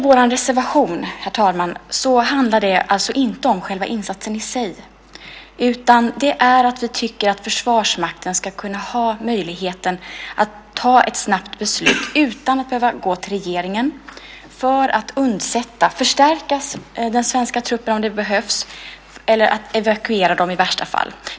Vår reservation, herr talman, handlar alltså inte om själva insatsen i sig, utan vi tycker att Försvarsmakten ska ha möjligheten att ta ett snabbt beslut utan att behöva gå till regeringen, för att undsätta eller förstärka den svenska truppen om det behövs eller evakuera den i värsta fall.